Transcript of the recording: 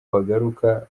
bagaruka